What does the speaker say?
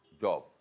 job